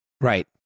Right